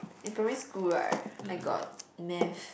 in primary school right I got math